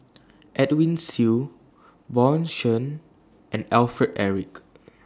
Edwin Siew Bjorn Shen and Alfred Eric